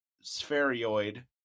spheroid